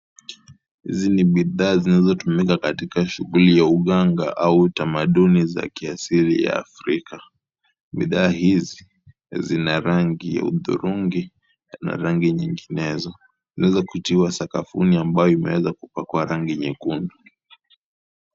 Hizi ni bidhaa zinazotumika katika shughuli ya uganga au tamaduni za kiasili ya Afrika. Bidhaa hizi zina rangi ya udhurungi na rangi nyinginezo. Zilizokutiwa sakafuni ambayo imeweza kupakwa rangi nyekundu.